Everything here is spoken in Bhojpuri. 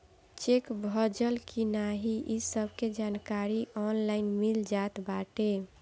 चेक भजल की नाही इ सबके जानकारी ऑनलाइन मिल जात बाटे